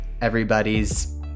everybody's